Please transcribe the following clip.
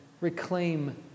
reclaim